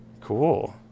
Cool